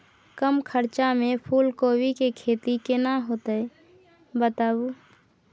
कम खर्चा में फूलकोबी के खेती केना होते बताबू?